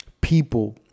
people